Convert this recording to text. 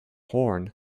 horn